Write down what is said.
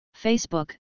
Facebook